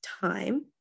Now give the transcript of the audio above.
time